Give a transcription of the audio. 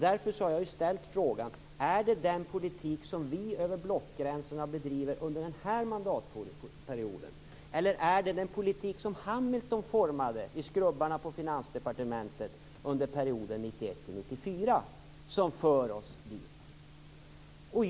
Därför har jag ställt frågan: Är det den politik som vi över blockgränserna har bedrivit under den här mandatperioden eller är det den politik som Hamilton formade i skrubbarna på Finansdepartementet under perioden 1991-94 som för oss dit?